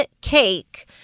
cake